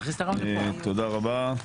תודה רבה.